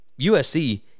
USC